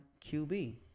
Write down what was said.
QB